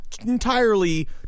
entirely